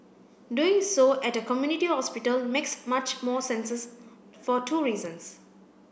doing so at a community hospital makes much more senses for two reasons